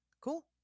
cool